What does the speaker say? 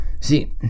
See